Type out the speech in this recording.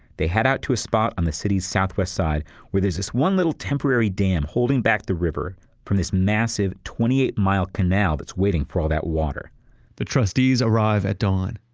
they head out to a spot on the city's southwest side where there's this one little temporary dam holding back the river from this massive twenty eight mile canal that's waiting waiting for all that water the trustees arrived at dawn.